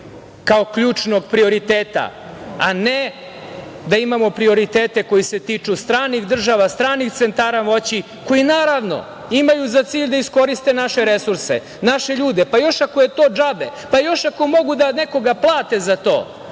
kao ključnog prioriteta, a ne da imamo prioritete koji se tiču stranih država, stranih centara moći, koji imaju za cilj da iskoriste naše resurse, naše ljude, pa još ako je to džabe, pa još ako mogu da nekoga plate za to,